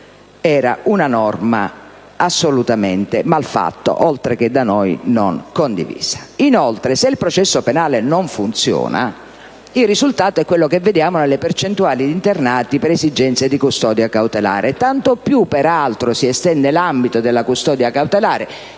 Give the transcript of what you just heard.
era una norma assolutamente mal fatta, oltre che da noi non condivisa. Inoltre, se il processo penale non funziona, il risultato è quello che vediamo nelle percentuali di internati per esigenze di custodia cautelare. A questo riguardo, vorrei qui richiamare